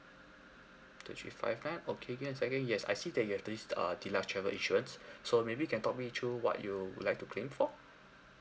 two three five nine okay can azahari yes I see that you have this uh deluxe travel insurance so maybe can talk me through what you would like to claim for